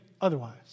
otherwise